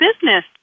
business